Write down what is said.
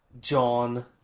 John